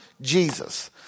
Jesus